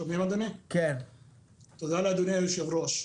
תודה לאדוני היושב-ראש,